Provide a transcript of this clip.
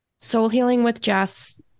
soulhealingwithjess